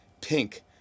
Pink